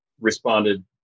responded